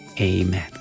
amen